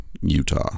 Utah